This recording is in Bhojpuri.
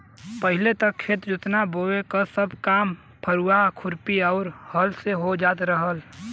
पहिले त खेत जोतना बोये क सब काम फरुहा, खुरपी आउर हल से हो जात रहल